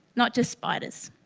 not just spiders.